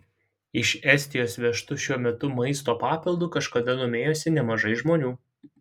iš estijos vežtu šiuo maisto papildu kažkada domėjosi nemažai žmonių